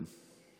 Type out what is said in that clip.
כן.